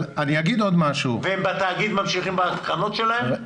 בתאגיד הם ממשיכים בקרנות שלהם?